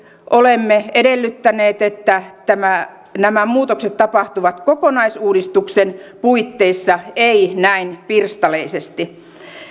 olemme edellyttäneet että nämä muutokset tapahtuvat kokonaisuudistuksen puitteissa eivät näin pirstaleisesti